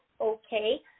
okay